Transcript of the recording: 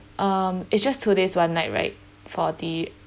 um it's just two days one night right for the